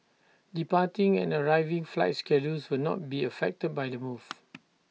departing and arriving flight schedules will not be affected by the move